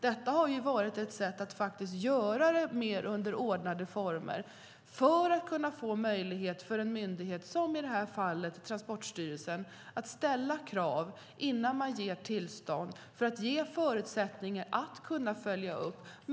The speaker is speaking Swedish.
Detta har ju varit ett sätt att under mer ordnade former göra det här. På så sätt kan en myndighet, i det här fallet Transportstyrelsen, få möjlighet att ställa krav innan man ger tillstånd och få förutsättningar att följa upp.